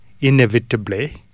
inevitably